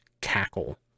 cackle